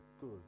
good